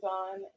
on